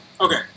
Okay